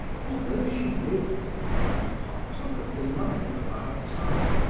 although she lived in, and partook of the life of our time,